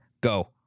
go